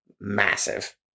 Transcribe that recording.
massive